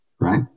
Right